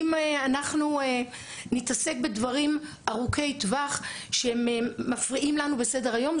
אם אנחנו נתעסק בדברים ארוכי טווח שמפריעים לנו בסדר-היום,